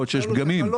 מחר לא יהיה לכם חג",